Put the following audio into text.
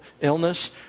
illness